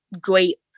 great